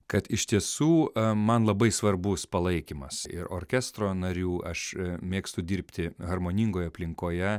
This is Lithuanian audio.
kad iš tiesų man labai svarbus palaikymas ir orkestro narių aš mėgstu dirbti harmoningoj aplinkoje